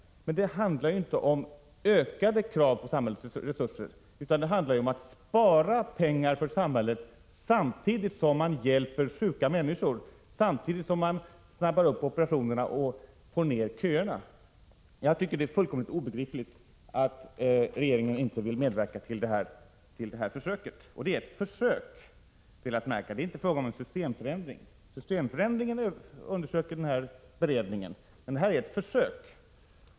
Men det handlar ju inte om ökade krav på samhällets resurser, utan det handlar om att spara pengar åt samhället samtidigt som man hjälper sjuka människor, gör ett större antal operationer och minskar köerna. Jag tycker det är fullkomligt obegripligt att regeringen inte vill medverka till det försöket. Det är, väl att märka, fråga om ett försök och inte om en systemförändring. Frågan om systemförändringen undersöks av beredningen, men det här är ett försök.